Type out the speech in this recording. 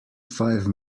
five